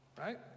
right